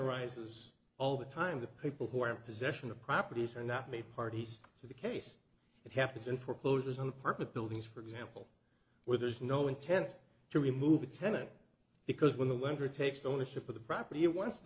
arises all the time the people who are in possession of properties or not may parties to the case it happens in foreclosures on apartment buildings for example where there's no intent to remove the tenant because when the lender takes ownership of the property it wants t